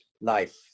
life